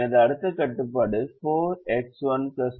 எனது அடுத்த கட்டுப்பாடு 4X1 3X2 ≤ 24